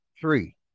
three